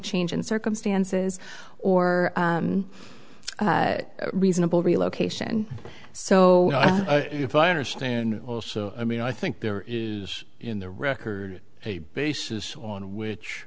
change in circumstances or reasonable relocation so if i understand also i mean i think there is in the record a basis on which